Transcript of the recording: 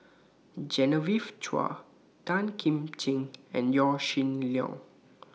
Genevieve Chua Tan Kim Ching and Yaw Shin Leong